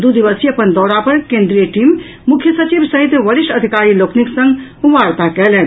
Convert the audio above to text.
दू दिवसीय अपन दौरा पर केन्द्रीय टीम मुख्य सचिव सहित वरिष्ठ अधिकारी लोकनिक संग वार्ता कयलनि